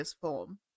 form